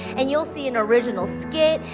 and you'll see an original skit,